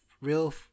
real